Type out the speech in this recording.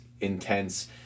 intense